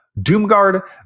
Doomguard